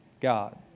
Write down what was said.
God